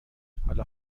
حالا